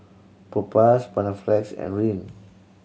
Propass Panaflex and Rene